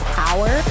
power